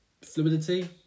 fluidity